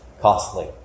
costly